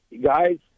Guys